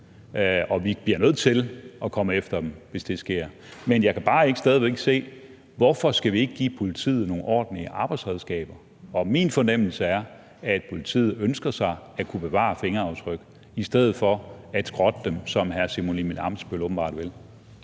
at vi bliver nødt til at komme efter dem, hvis det sker. Men jeg kan bare stadig væk ikke se, hvorfor vi ikke skal give politiet nogle ordentlige arbejdsredskaber, og min fornemmelse er, at politiet ønsker sig at kunne bevare fingeraftryk i stedet for at skrotte dem, sådan som hr. Simon Emil Ammitzbøll-Bille åbenbart vil.